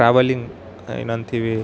travelling ಏನಂತೀವಿ